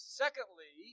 secondly